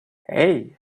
hey